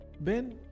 Ben